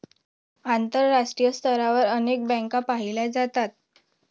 आंतरराष्ट्रीय स्तरावर अनेक बँका पाहिल्या जातात